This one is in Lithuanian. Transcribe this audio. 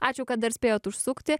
ačiū kad dar spėjot užsukti